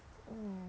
mm